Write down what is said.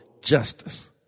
justice